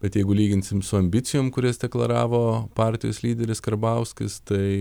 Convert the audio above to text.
bet jeigu lyginsim su ambicijom kurias deklaravo partijos lyderis karbauskis tai